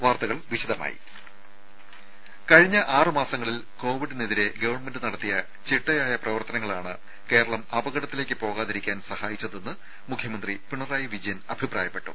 വാർത്തകൾ വിശദമായി കഴിഞ്ഞ ആറുമാസങ്ങളിൽ കോവിഡിനെതിരെ ഗവൺമെന്റ് നടത്തിയ ചിട്ടയായ പ്രവർത്തനങ്ങളാണ് കേരളം അപകടത്തിലേക്ക് പോവാതിരിക്കാൻ സഹായിച്ചതെന്ന് മുഖ്യമന്ത്രി പിണറായി വിജയൻ അഭിപ്രായപ്പെട്ടു